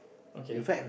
okay